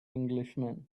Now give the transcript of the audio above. englishman